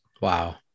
Wow